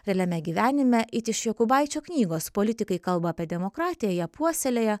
realiame gyvenime it iš jokubaičio knygos politikai kalba apie demokratiją ją puoselėja